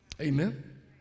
Amen